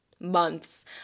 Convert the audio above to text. months